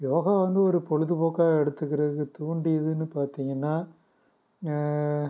யோகா வந்து ஒரு பொழுதுபோக்காக எடுத்துக்கிறது தூண்டியதுன்னு பார்த்தீங்கன்னா